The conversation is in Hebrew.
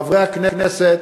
חברי הכנסת,